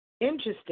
Interesting